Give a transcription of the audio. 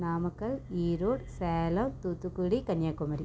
Namakkal Erode Salem Thoothukudi Kanyakumari